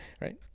Right